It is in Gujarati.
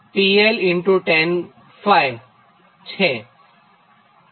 અહીં PL Tan𝜑 છે